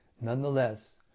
Nonetheless